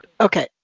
okay